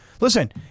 listen